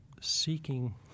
seeking